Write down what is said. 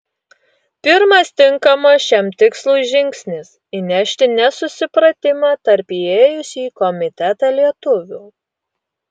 pirmas tinkamas šiam tikslui žingsnis įnešti nesusipratimą tarp įėjusių į komitetą lietuvių